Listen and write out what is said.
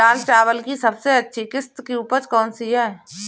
लाल चावल की सबसे अच्छी किश्त की उपज कौन सी है?